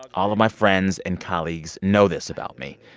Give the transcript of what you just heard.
all of my friends and colleagues know this about me.